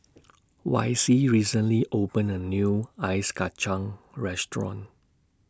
Vicy recently opened A New Ice Kachang Restaurant